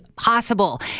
Possible